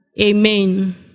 Amen